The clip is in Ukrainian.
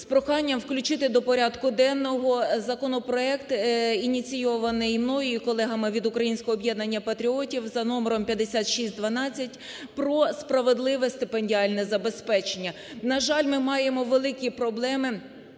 з проханням, включити до порядку денного законопроект, ініційований мною і колегами від українського об'єднання патріотів за номером 5612 про справедливе стипендіальне забезпечення. На жаль, ми маємо великі проблеми